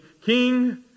King